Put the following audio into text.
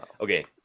okay